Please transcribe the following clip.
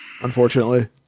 Unfortunately